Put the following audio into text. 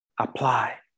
apply